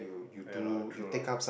ya lah true lah